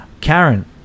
karen